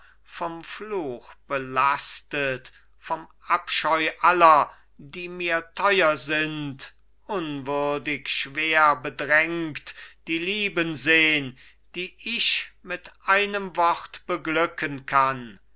vom fluch belastet vom abscheu aller die mir teuer sind unwürdig schwer bedrängt die lieben sehn die ich mit einem wort beglücken kann